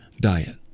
diet